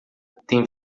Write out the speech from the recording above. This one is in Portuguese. tem